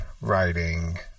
writing